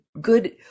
good